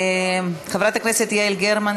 חברת הכנסת יעל גרמן,